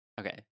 okay